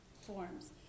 forms